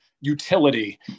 utility